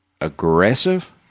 aggressive